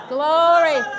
Glory